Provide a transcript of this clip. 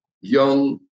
young